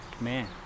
Man